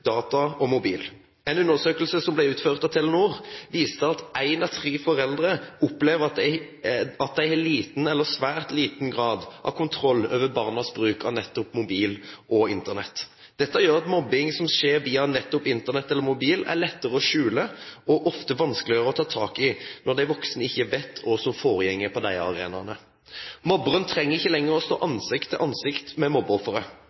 data og mobil. En undersøkelse som ble utført av Telenor, viser at én av tre foreldre opplever at de har liten eller svært liten grad av kontroll over barnas bruk av mobil og Internett. Dette gjør at mobbing som skjer via nettopp Internett eller mobil, er lettere å skjule og ofte vanskeligere å ta tak i, når de voksne ikke vet hva som foregår på disse arenaene. Mobberen trenger ikke lenger å stå ansikt til ansikt med mobbeofferet.